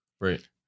Right